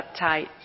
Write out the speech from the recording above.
uptight